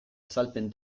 azalpen